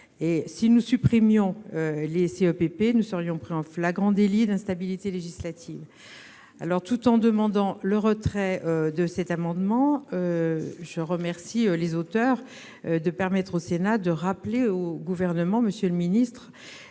si nous supprimions les CEPP, nous serions pris en flagrant délit d'instabilité législative. Tout en demandant le retrait de l'amendement, je remercie ses auteurs de permettre au Sénat de rappeler au Gouvernement ses vives